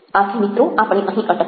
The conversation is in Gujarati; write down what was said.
આથી મિત્રો આપણે અહીં અટકીએ